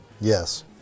Yes